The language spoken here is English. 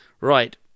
right